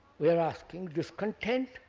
we are asking discontent